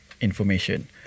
information